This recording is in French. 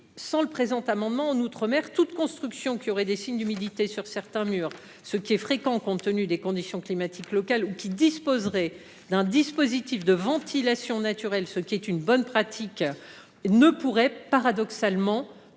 sans le présent amendement, en outre mer, toute construction qui présenterait des signes d’humidité sur certains murs, ce qui est fréquent compte tenu des conditions climatiques locales, ou qui disposerait d’un dispositif de ventilation naturelle, ce qui est de bonne pratique, ne pourrait paradoxalement